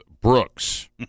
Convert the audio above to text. Brooks